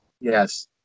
Yes